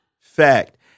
fact